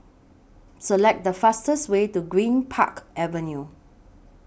Select The fastest Way to Greenpark Avenue